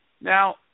Now